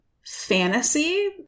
fantasy